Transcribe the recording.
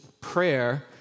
prayer